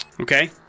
okay